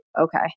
okay